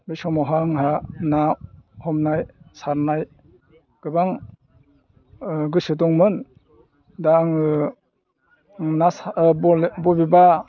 बे समावहाय आंहा ना हमनाय सारनाय गोबां गोसो दंमोन दा आङो ना बबेबा